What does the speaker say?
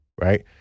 right